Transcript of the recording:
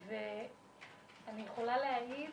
ואני יכולה להעיד